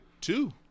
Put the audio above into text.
two